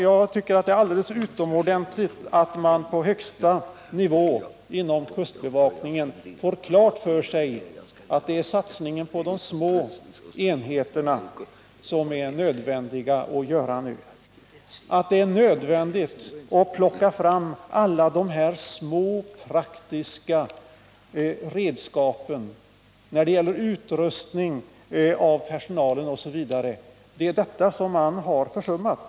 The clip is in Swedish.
Jag tycker det är utomordentligt bra att man på högsta nivå inom kustbevakningen får klart för sig att det är nödvändigt att nu göra en satsning på små enheter och att det därför är angeläget att plocka fram alla små praktiska redskap som finns att utrusta personalen med osv. Detta har hittills försummats.